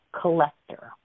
collector